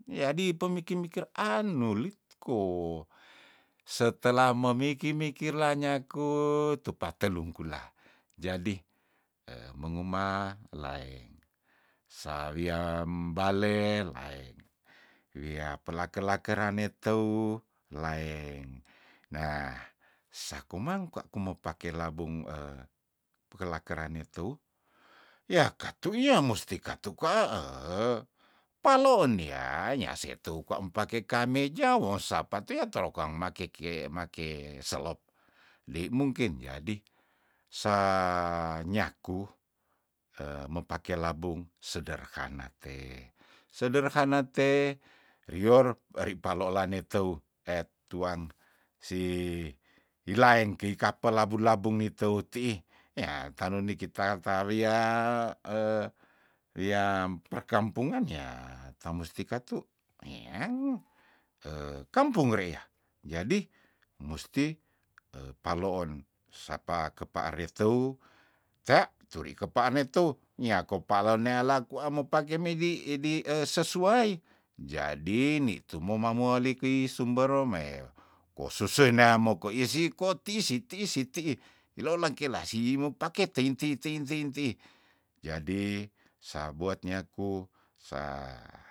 Yadi pem miking mikir an nulit ko setelah memiki mikirla nyaku tupa telungkula jadi eh menguma lae sawiam bale lae wia pelake lakerane teu laeng nah saku mang kwa kumo pake labung pekela perane teu yah katu yah musti katu kwa eeh paloon yah yah se teu kwa mpake kameja won sapa tuya toro makeke make selop dei mungkin yadi sa nyaku me pake labung sederhana te sederhana te rior ri palolane teu et tuang si ilaeng kei kape labu- labung ni teut tiih eah tanun nikita taruyah wiam perkempungan yah ta musti katu eyang kampung reeyah jadi musti e paloon sapa kepaar reteu tea turi kepaan ne teu nyako palonea laku amo pake medi idi esesuai jadi nitu momamoali kei sumber rom mei kosusei neamo koisi ko ti isi ti isi sitiih ilolang kelah si mepaket teing teing tein tein tiih jadi sabuat nyaku saa